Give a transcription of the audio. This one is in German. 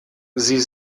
sie